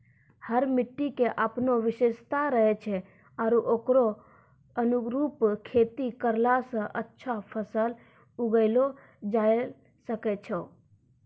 हर मिट्टी के आपनो विशेषता रहै छै आरो होकरो अनुरूप खेती करला स अच्छा फसल उगैलो जायलॅ सकै छो